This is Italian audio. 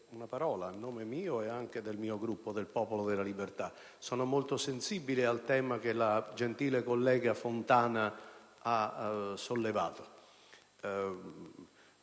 una parola, a nome mio ed anche del Gruppo del Popolo della Libertà. Sono molto sensibile al tema che la gentile collega Fontana ha sollevato.